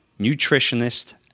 nutritionist